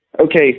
okay